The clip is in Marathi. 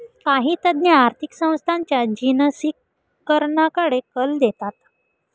काही तज्ञ आर्थिक संस्थांच्या जिनसीकरणाकडे कल देतात